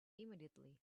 immediately